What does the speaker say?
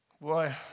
Boy